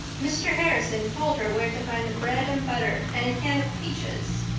mr. harrison told her where to find the bread and butter and a can of peaches.